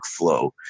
workflow